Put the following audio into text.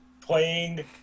playing